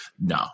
No